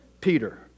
Peter